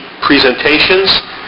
presentations